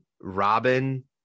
Robin